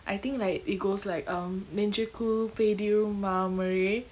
I think like it goes like um நெஞ்சிக்குள் பெய்திடும் மாமழை:nenjikul peithidum maamalai